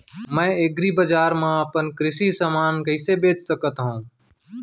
मैं एग्रीबजार मा अपन कृषि समान कइसे बेच सकत हव?